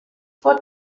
fuort